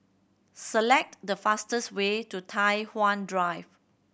select the fastest way to Tai Hwan Drive